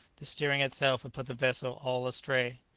the steering itself had put the vessel all astray.